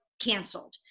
canceled